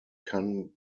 come